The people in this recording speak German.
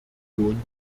union